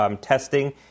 testing